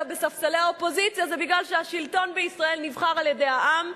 בספסלי האופוזיציה זה כי השלטון בישראל נבחר על-ידי העם,